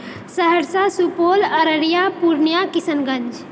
Saharsa Supaul Araria Purnia Kishanganj